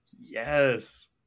Yes